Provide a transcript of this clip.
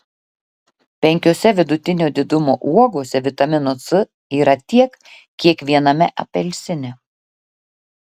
penkiose vidutinio didumo uogose vitamino c yra tiek kiek viename apelsine